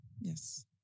Yes